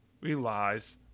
relies